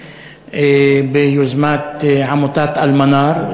ביוזמת עמותת "אלמנארה",